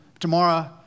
Tomorrow